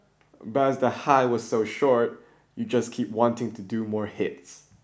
but as the high was so short you just keep wanting to do more hits